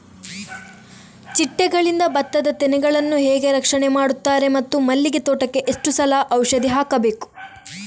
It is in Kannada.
ಚಿಟ್ಟೆಗಳಿಂದ ಭತ್ತದ ತೆನೆಗಳನ್ನು ಹೇಗೆ ರಕ್ಷಣೆ ಮಾಡುತ್ತಾರೆ ಮತ್ತು ಮಲ್ಲಿಗೆ ತೋಟಕ್ಕೆ ಎಷ್ಟು ಸಲ ಔಷಧಿ ಹಾಕಬೇಕು?